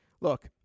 Look